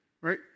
Right